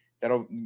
that'll